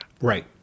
Right